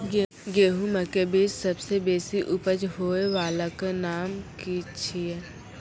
गेहूँमक बीज सबसे बेसी उपज होय वालाक नाम की छियै?